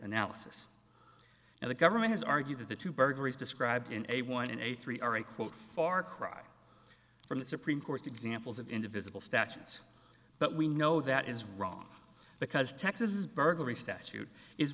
analysis now the government has argued that the two burglaries described in a one in a three are a quote far cry from the supreme court's examples of individual statutes but we know that is wrong because texas is burglary statute is